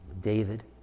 David